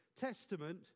Testament